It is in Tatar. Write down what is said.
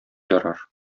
ярар